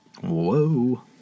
Whoa